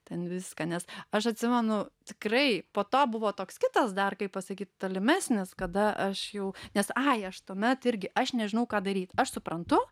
ten viską nes aš atsimenu tikrai po to buvo toks kitas dar kaip pasakyt tolimesnis kada aš jau nes ai aš tuomet irgi aš nežinau ką daryti aš suprantu